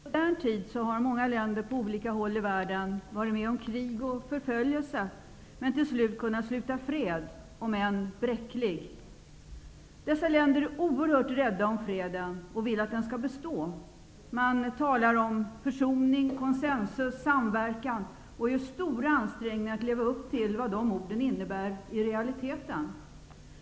Herr talman! I modern tid har många länder på olika håll i världen varit med om krig och förföljelse men till slut kunnat sluta fred, om än bräcklig. I dessa länder är man oerhört rädd om freden och vill att den skall bestå. Man talar om försoning, konsensus och samverkan och gör stora ansträngningar att leva upp till vad de orden innebär i realiteten.